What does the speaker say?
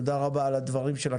תודה רבה על הדברים שלך,